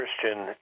Christian